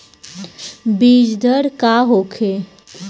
बीजदर का होखे?